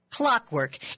Clockwork